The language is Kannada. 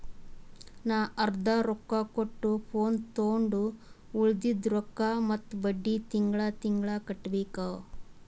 ನಾ ಅರ್ದಾ ರೊಕ್ಕಾ ಕೊಟ್ಟು ಫೋನ್ ತೊಂಡು ಉಳ್ದಿದ್ ರೊಕ್ಕಾ ಮತ್ತ ಬಡ್ಡಿ ತಿಂಗಳಾ ತಿಂಗಳಾ ಕಟ್ಟಬೇಕ್